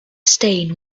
stain